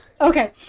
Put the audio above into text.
Okay